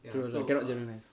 true like cannot generalise